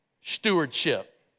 stewardship